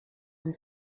and